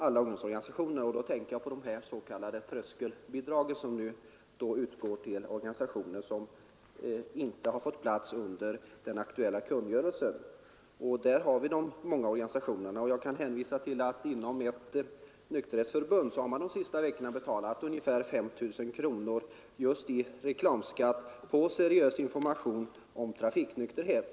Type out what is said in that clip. Jag tänker på de s.k. tröskelbidragen som utgår till organisationer som inte har fått plats under den aktuella bidragskungörelsen. Vi har många organisationer som drabbas. Jag kan hänvisa till att inom ett nykterhetsförbund har man de senaste veckorna betalat ungefär 5 000 kronor just i reklamskatt på seriös information om trafiknykterhet.